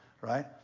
right